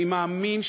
אני מאמין,